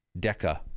DECA